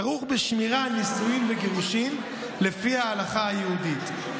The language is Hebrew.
כרוכים בשמירה על נישואין וגירושין לפי ההלכה היהודית,